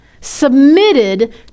submitted